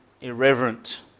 irreverent